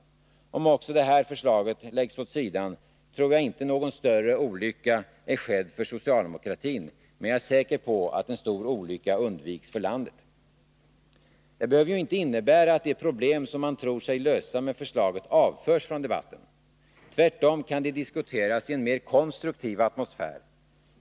Om också det här förslaget läggs åt sidan, tror jag inte att någon större olycka är skedd för socialdemokratin, men jag är säker på att en stor olycka undviks för landet. Det behöver ju inte innebära att de problem som man tror sig lösa med förslaget avförs från debatten. Tvärtom kan de diskuteras i en mer konstruktiv atmosfär.